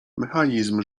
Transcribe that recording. mechanizm